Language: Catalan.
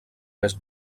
més